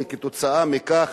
וכתוצאה מכך